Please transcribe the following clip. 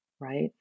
right